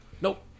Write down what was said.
Nope